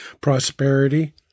prosperity